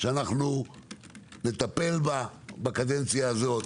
שאנחנו נטפל בה בקדנציה הזאת,